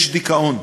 יש דיכאון.